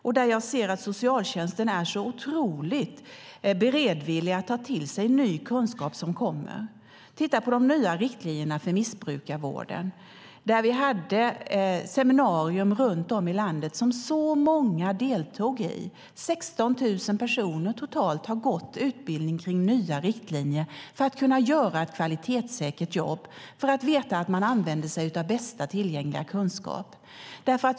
Där ser jag att socialtjänsten är så otroligt beredvillig att ta till sig ny kunskap som kommer. Titta på de nya riktlinjerna på missbrukarvården, där vi hade seminarier runt om i landet som så många deltog i! Totalt har 16 000 personer gått utbildningen kring nya riktlinjer för att kunna göra ett kvalitetssäkert jobb och för att veta att man använder sig av bästa tillgängliga kunskap.